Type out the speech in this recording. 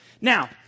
Now